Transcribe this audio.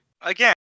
Again